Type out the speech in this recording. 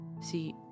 See